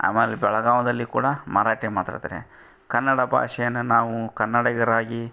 ಆಮೇಲೆ ಬೆಳ್ಗಾವಿಯಲ್ಲಿ ಕೂಡ ಮರಾಠಿ ಮಾತಾಡ್ತಾರೆ ಕನ್ನಡ ಭಾಷೆಯನ್ನ ನಾವು ಕನ್ನಡಿಗರಾಗಿ